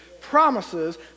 promises